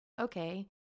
okay